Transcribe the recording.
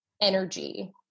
energy